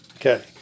Okay